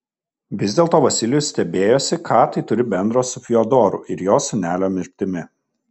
vis dėlto vasilijus stebėjosi ką tai turi bendra su fiodoru ir jo sūnelio mirtimi